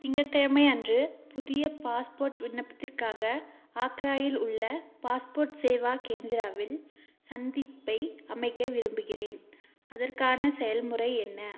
திங்கக்கிழமை அன்று புதிய பாஸ்போர்ட் விண்ணப்பத்திற்காக ஆக்ராயில் உள்ள பாஸ்போர்ட் சேவா கேந்திராவில் சந்திப்பை அமைக்க விரும்புகிறேன் அதற்கான செயல்முறை என்ன